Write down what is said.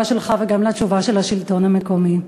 שלך וגם בקשר לתשובה של השלטון המקומי.